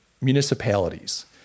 municipalities